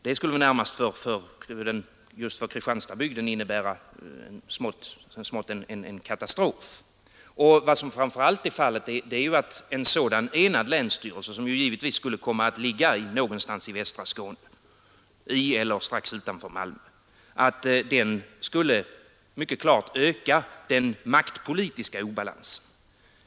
Det skulle väl just för Kristianstadsbygden så smått innebära en katastrof. Vad som framför allt bör påpekas är ju att en sådan enad länsstyrelse — som givetvis skulle komma att ligga någonstans i västra Skåne, i eller strax utanför Malmö — skulle mycket klart öka den maktpolitiska obalansen.